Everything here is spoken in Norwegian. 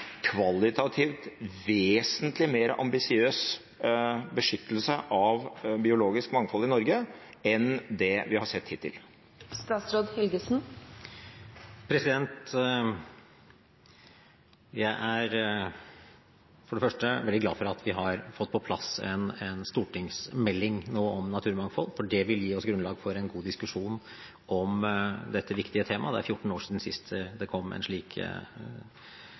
kvalitativt vesentlig mer ambisiøs beskyttelse av biologisk mangfold i Norge enn det vi har sett hittil? Jeg er for det første veldig glad for at vi nå har fått på plass en stortingsmelding om naturmangfold. Det vil gi oss grunnlag for en god diskusjon om dette viktige temaet. Det er 14 år siden sist det kom en slik